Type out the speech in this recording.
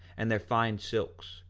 and their fine silks,